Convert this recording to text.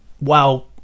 wow